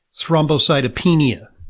thrombocytopenia